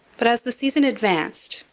but, as the season advanced,